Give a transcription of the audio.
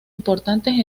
importantes